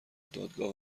دادگاه